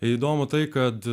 įdomu tai kad